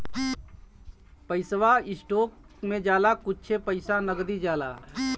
पैसवा स्टोक मे जाला कुच्छे पइसा नगदी जाला